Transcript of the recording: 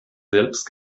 selbst